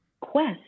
quest